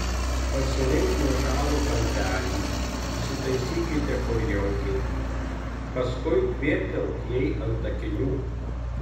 pasirink nuošalų kampelį įsitaisykite kur jaukiai paskui kvėptelk jai ant akinių